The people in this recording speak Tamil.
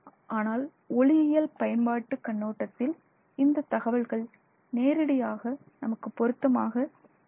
ஆனால் ஒளியியல் பயன்பாடு கண்ணோட்டத்தில் இந்த தகவல்கள் நேரடியாக நமக்குப் பொருத்தமாக இல்லை